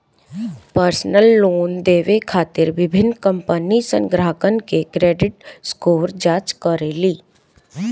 personal loan देवे खातिर विभिन्न कंपनीसन ग्राहकन के क्रेडिट स्कोर जांच करेली